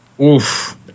oof